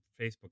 Facebook